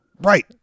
Right